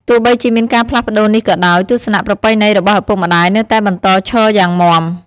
ទោះបីជាមានការផ្លាស់ប្តូរនេះក៏ដោយ ទស្សនៈប្រពៃណីរបស់ឪពុកម្ដាយនៅតែបន្តឈរយ៉ាងមាំ។